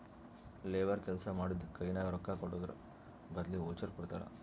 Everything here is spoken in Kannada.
ಲೇಬರ್ ಕೆಲ್ಸಾ ಮಾಡಿದ್ದುಕ್ ಕೈನಾಗ ರೊಕ್ಕಾಕೊಡದ್ರ್ ಬದ್ಲಿ ವೋಚರ್ ಕೊಡ್ತಾರ್